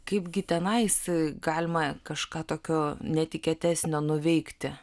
kaipgi tenais galima kažką tokio netikėtesnio nuveikti